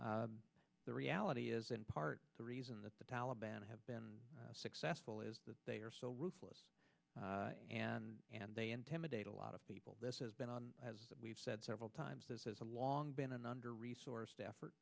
difference the reality is in part the reason that the taliban have been successful is that they are so ruthless and and they intimidate a lot of people this has been on as we've said several times this as a long been an under resourced effort